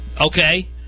Okay